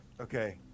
Okay